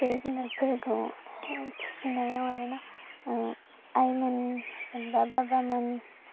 बे जुनादफोरखौ फिसिनायाव आरो ना आइमोन जेनबा बाबामोन